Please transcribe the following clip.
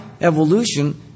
evolution